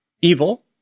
Evil